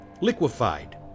liquefied